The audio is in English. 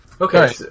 Okay